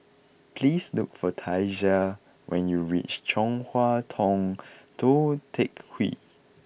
please look for Tasia when you reach Chong Hua Tong Tou Teck Hwee